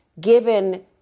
given